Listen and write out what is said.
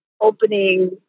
opening